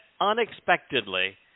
unexpectedly